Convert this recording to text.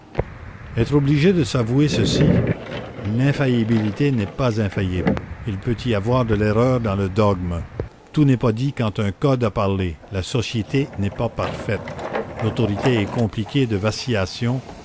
être obligé de s'avouer ceci l'infaillibilité n'est pas infaillible il peut y avoir de l'erreur dans le dogme tout n'est pas dit quand un code a parlé la société n'est pas parfaite l'autorité est compliquée de vacillation